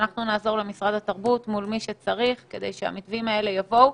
אנחנו נעזור למשרד התרבות כדי שהמתווים האלה יבואו